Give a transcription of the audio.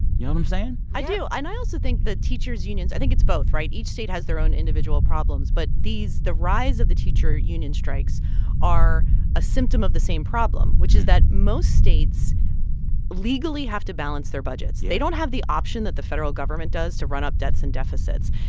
you know what i'm saying? i do. and i also think the teachers unions i think it's both, right? each state has their own individual problems. but these the rise of the teacher union strikes are a symptom of the same problem, which is that most states legally have to balance their budgets yeah they don't have the option that the federal government does to run up debts and deficits.